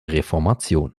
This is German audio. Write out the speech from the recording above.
reformation